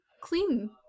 clean